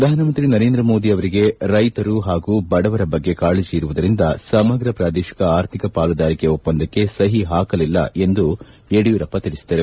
ಪ್ರಧಾನ ಮಂತ್ರಿ ನರೇಂದ್ರ ಮೋದಿ ಅವರಿಗೆ ರೈತರು ಹಾಗೂ ಬಡವರ ಬಗ್ಗೆ ಕಾಳಜಿ ಇರುವುದರಿಂದ ಸಮಗ್ರ ಪ್ರಾದೇಶಿಕ ಆರ್ಥಿಕ ಪಾಲುದಾರಿಕೆ ಒಪ್ಪಂದಕ್ಕೆ ಸಹಿ ಹಾಕಲಿಲ್ಲ ಎಂದು ಯಡಿಯೂರಪ್ಪ ತಿಳಿಸಿದರು